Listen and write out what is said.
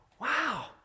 wow